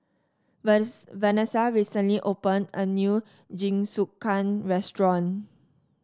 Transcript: Vanesa recently opened a new Jingisukan restaurant